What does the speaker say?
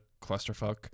clusterfuck